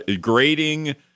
grading